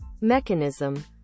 mechanism